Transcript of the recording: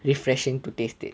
refreshing to taste it